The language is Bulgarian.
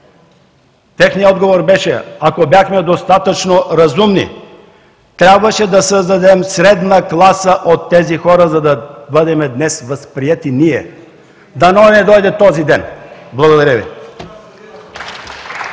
техният отговор беше: ако бяхме достатъчно разумни, трябваше да създадем средна класа от тези хора, за да бъдем днес възприети ние. Дано не дойде този ден! Благодаря Ви.